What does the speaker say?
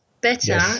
better